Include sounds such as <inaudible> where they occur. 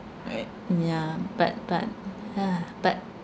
<noise> yeah but but yeah but